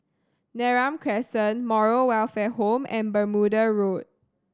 Neram Crescent Moral Welfare Home and Bermuda Road